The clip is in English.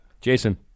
Jason